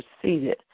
proceeded